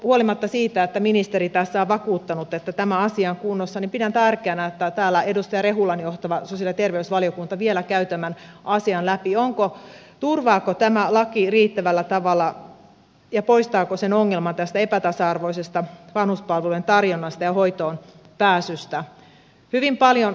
huolimatta siitä että ministeri tässä on vakuuttanut että tämä asia kunnossa pidän tärkeänä että edustaja rehulan johtama sosiaali ja terveysvaliokunta vielä käy tämän asian läpi turvaako tämä laki riittävällä tavalla ja poistaako sen ongelman tästä epätasa arvoisesta vanhuspalvelujen tarjonnasta ja hoitoonpääsystä